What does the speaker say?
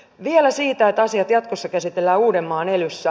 vielä siitä että asiat jatkossa käsitellään uudenmaan elyssä